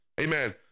amen